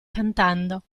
cantando